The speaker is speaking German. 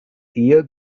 ehe